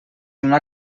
una